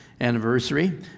anniversary